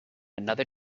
another